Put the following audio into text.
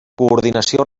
coordinació